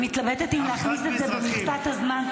אני מתלבטת אם להכניס את זה במכסת הזמן,